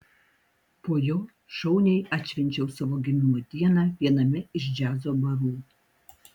po jo šauniai atšvenčiau savo gimimo dieną viename iš džiazo barų